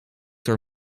door